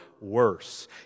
worse